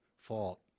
fault